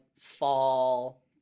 fall